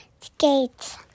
Skates